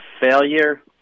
failure